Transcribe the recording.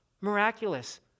miraculous